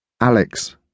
Alex